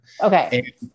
Okay